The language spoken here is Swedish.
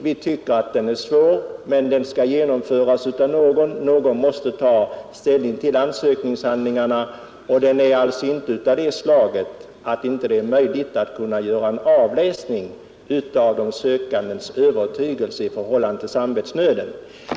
Jag medger att den är svår, men den skall handläggas någonstans. Någon måste ta ställning till ansökningshandlingarna, och uppgiften är inte av det slaget att det inte är möjligt att göra en avläsning av de sökandes övertygelse med hänsyn till kravet på djup samvetsnöd.